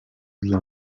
dla